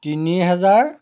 তিনি হেজাৰ